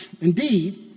Indeed